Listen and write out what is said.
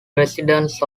residents